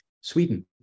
Sweden